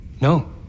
No